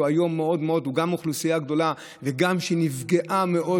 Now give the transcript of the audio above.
שהוא היום אוכלוסייה גדולה שנפגעה מאוד